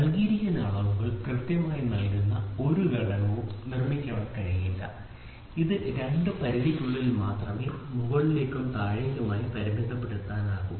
നൽകിയിരിക്കുന്ന അളവുകൾ കൃത്യമായി നൽകുന്ന ഒരു ഘടകവും നിർമ്മിക്കാൻ കഴിയില്ല ഇത് രണ്ട് പരിധിക്കുള്ളിൽ മാത്രമേ മുകളിലേക്കും താഴെയുമായി പരിമിതപ്പെടുത്താനാകൂ